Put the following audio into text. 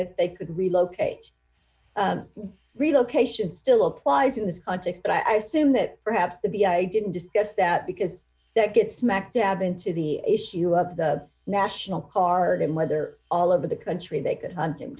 that they could relocate relocation still applies in this context but i soon that perhaps the b i didn't discuss that because that gets smack dab into the issue of the national guard and why they're all over the country they could hunt him